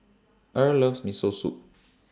Earl loves Miso Soup